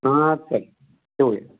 हा चल ठेऊया